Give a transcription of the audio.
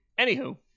anywho